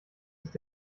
ist